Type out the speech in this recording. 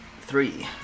Three